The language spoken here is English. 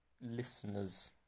listeners